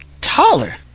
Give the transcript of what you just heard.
taller